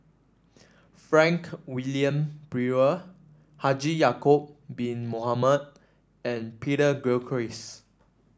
Frank Wilmin Brewer Haji Ya'acob Bin Mohamed and Peter Gilchrist